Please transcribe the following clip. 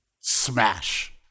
smash